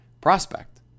prospect